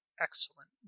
excellent